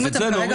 אז את זה להוריד.